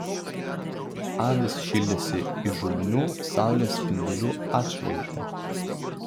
avys šildėsi įžulnių saulės spindulių atšvaite